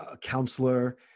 counselor